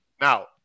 Now